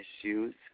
issues